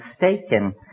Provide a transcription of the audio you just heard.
mistaken